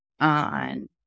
on